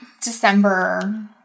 December